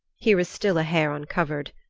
here is still a hair uncovered.